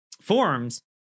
forms